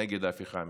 נגד ההפיכה המשפטית,